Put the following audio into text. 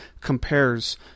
compares